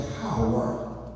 power